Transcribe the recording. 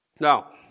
Now